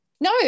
no